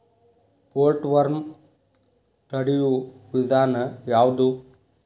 Bollworm ತಡಿಯು ವಿಧಾನ ಯಾವ್ದು?